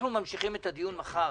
אנחנו ממשיכים את הדיון מחר.